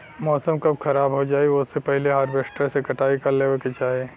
मौसम कब खराब हो जाई ओसे पहिले हॉरवेस्टर से कटाई कर लेवे के चाही